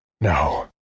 No